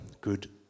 good